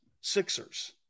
sixers